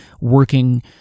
working